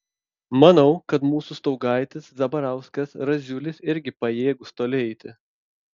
manau kad mūsų staugaitis zabarauskas raziulis irgi pajėgūs toli eiti